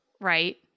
Right